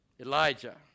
Elijah